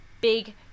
big